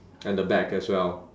and the back as well